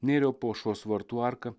nėriau pro aušros vartų arką